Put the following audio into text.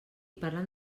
parlant